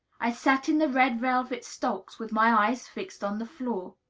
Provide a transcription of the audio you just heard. i sat in the red-velvet stocks, with my eyes fixed on the floor.